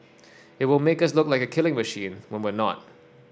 it will make us look like a killing machine when we're not